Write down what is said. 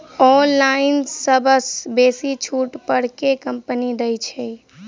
Online सबसँ बेसी छुट पर केँ कंपनी दइ छै?